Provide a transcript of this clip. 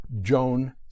Joan